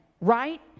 right